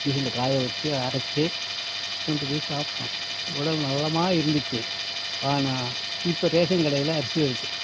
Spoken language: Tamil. மெஷினில் காயவச்சு அரைச்சு கொண்டு போய் சாப்பிட்டோம் உடல் நலமாக இருந்துச்சு ஆனால் இப்போது ரேஷன் கடையில் அரிசி வருது